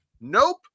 Nope